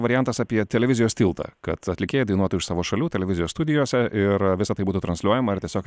variantas apie televizijos tiltą kad atlikėjai dainuotų iš savo šalių televizijos studijose ir visa tai būtų transliuojama ir tiesiog